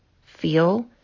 feel